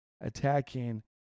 attacking